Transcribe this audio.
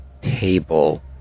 table